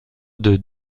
deux